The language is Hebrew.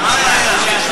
זה משהו אחר.